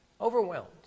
Overwhelmed